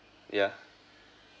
yeah